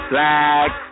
Black